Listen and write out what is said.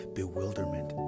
bewilderment